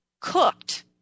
cooked